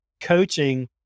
coaching